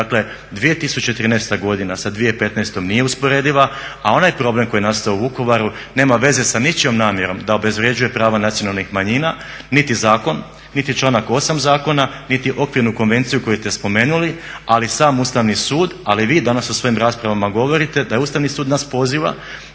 Dakle 2013.godina sa 2015.nije usporediva, a onaj problem koji je nastao u Vukovaru nema veze sa ničijom namjerom da obezvređuje prava nacionalnih manjina niti zakon niti članak8.zakona, niti okvirnu konvenciju koju ste spomenuli. Ali sam Ustavni sud ali i vi danas u svojim raspravama govorite da je Ustavni sud nas poziva